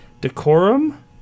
Decorum